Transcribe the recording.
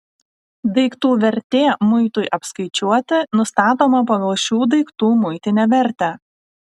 daiktų vertė muitui apskaičiuoti nustatoma pagal šių daiktų muitinę vertę